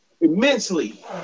Immensely